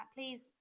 Please